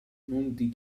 monti